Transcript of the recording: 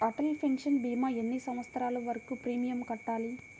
Atal pension భీమా ఎన్ని సంవత్సరాలు వరకు ప్రీమియం కట్టాలి?